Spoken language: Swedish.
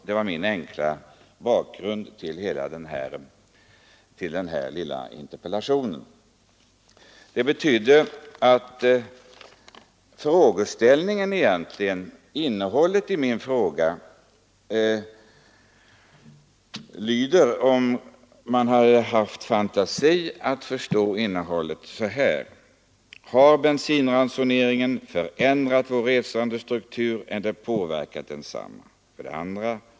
Det var den enkla bakgrunden till den här lilla interpellationen. Det betyder att frågorna i min interpellation av den som har litet fantasi kan läsas så här: 1. Har bensinransoneringen påverkat vår resandestruktur? 2.